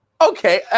Okay